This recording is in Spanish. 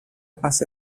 fase